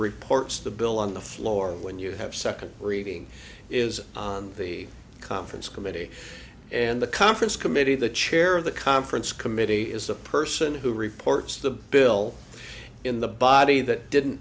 reports the bill on the floor when you have second reading is on the conference committee and the conference committee the chair of the conference committee is the person who reports the bill in the body that didn't